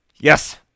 yes